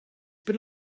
been